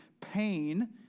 pain